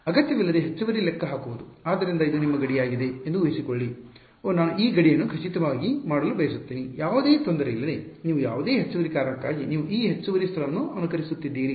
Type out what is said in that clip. ಅಗತ್ಯವಿಲ್ಲದೆ ಹೆಚ್ಚುವರಿ ಲೆಕ್ಕಹಾಕುವುದು ಆದ್ದರಿಂದ ಇದು ನಿಮ್ಮ ಗಡಿಯಾಗಿದೆ ಎಂದು ಉಹಿಸಿಕೊಳ್ಳಿ ಓಹ್ ನಾನು ಈ ಗಡಿಯನ್ನು ಖಚಿತವಾಗಿ ಮಾಡಲು ಬಯಸುತ್ತೇನೆ ಯಾವುದೇ ತೊಂದರೆಯಿಲ್ಲದೆ ನಿಮ್ಮ ಯಾವುದೇ ಹೆಚ್ಚುವರಿ ಕಾರಣಕ್ಕಾಗಿ ನೀವು ಈ ಹೆಚ್ಚುವರಿ ಸ್ಥಳವನ್ನು ಅನುಕರಿಸುತ್ತಿದ್ದೀರಿ